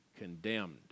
condemned